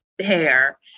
hair